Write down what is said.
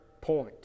point